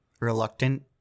reluctant